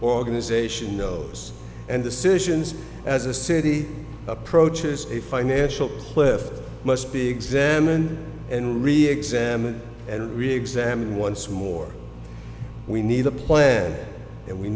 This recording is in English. organization knows and decisions as a city approaches a financial cliff must be examined and reexamined and reexamined once more we need a plan and we